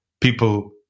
people